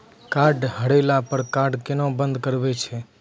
Card हेरैला पर card केना बंद करबै छै?